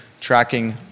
tracking